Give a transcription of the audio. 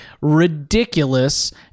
ridiculous